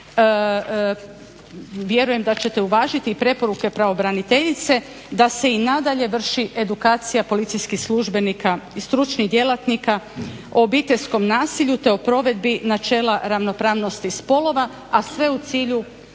vjerujem da ćete uvažiti i preporuke pravobraniteljice da se i nadalje vrši edukacija policijskih službenika i stručnih djelatnika o obiteljskom nasilju, te o provedbi načela ravnopravnosti spolova, a sve u cilju